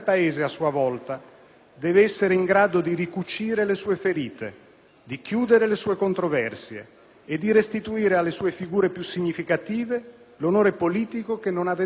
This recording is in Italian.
deve essere in grado di ricucire le sue ferite, di chiudere le sue controversie e restituire alle sue figure più significative l'onore politico che non avevano mai perduto.